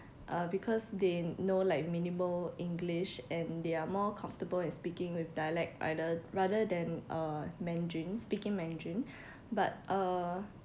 uh because they know like minimal english and they are more comfortable in speaking with dialect either rather than uh mandarin speaking mandarin but uh